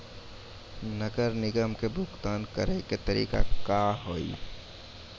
नगर निगम के भुगतान करे के तरीका का हाव हाई?